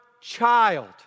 child